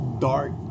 dark